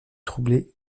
troublé